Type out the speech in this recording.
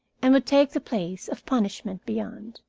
and would take the place of punishment beyond.